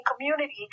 community